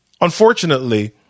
Unfortunately